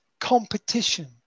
competition